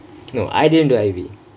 no I didn't do I_B